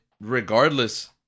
regardless